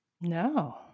No